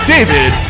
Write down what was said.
David